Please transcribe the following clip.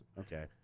Okay